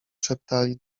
szeptali